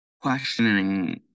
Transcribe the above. questioning